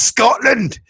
Scotland